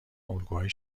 الگوهای